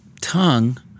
tongue